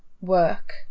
work